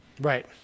Right